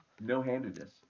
No-handedness